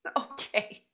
Okay